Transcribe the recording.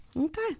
Okay